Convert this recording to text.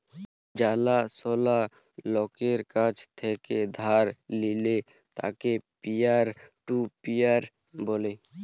জালা সলা লকের কাছ থেক্যে ধার লিলে তাকে পিয়ার টু পিয়ার ব্যলে